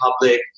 public